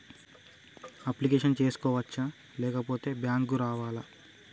Application చేసుకోవచ్చా లేకపోతే bank రావాలా?